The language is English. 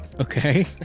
Okay